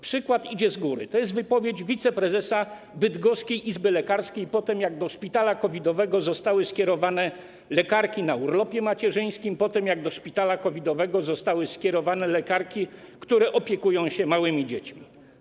Przykład idzie z góry - to jest wypowiedź wiceprezesa Bydgoskiej Izby Lekarskiej po tym, jak do szpitala COVID-owego zostały skierowane lekarki na urlopie macierzyńskim, jak do szpitala COVID-owego zostały skierowane lekarki, które opiekują się małymi dziećmi.